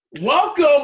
Welcome